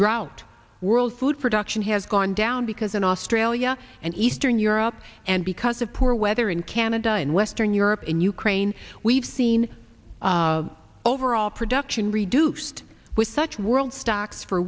drought world food production has gone down because in australia and eastern europe and because of poor weather in canada and western europe and ukraine we've seen overall production reduced with such world stocks for